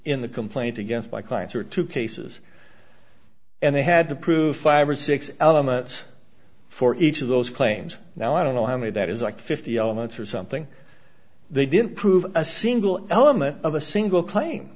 in the complaint against my clients or two cases and they had to prove five or six elements for each of those claims now i don't know how many that is like fifty elements or something they didn't prove a single element of a single claim